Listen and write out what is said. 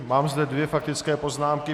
Mám zde dvě faktické poznámky.